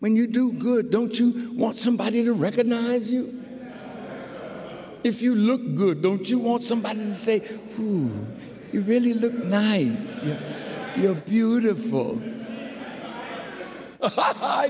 when you do good don't you want somebody to recognize you if you look good don't you want somebody who you really look beautiful